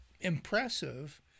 impressive